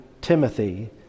Timothy